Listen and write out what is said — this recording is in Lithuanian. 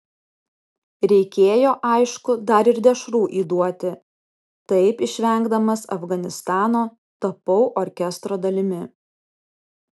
reikėjo aišku dar ir dešrų įduoti taip išvengdamas afganistano tapau orkestro dalimi